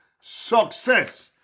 success